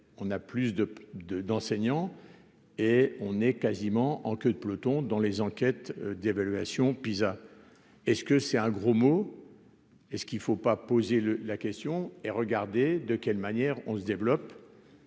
de, de, d'enseignants et on est quasiment en queue de peloton dans les enquêtes d'évaluation Pisa est-ce que c'est un gros mot. Et ce qu'il ne faut pas poser le la question et regarder de quelle manière on se développe